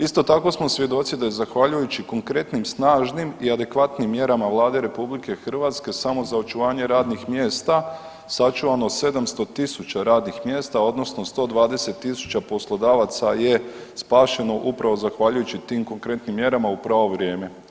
Isto tako smo svjedoci da je zahvaljujući konkretnim, snažnim i adekvatnim mjerama Vlade RH samo za očuvanje radnih mjesta sačuvano 700.000 radnih mjesta odnosno 120.000 poslodavaca je spašeno upravo zahvaljujući tim konkretnim mjerama u pravo vrijeme.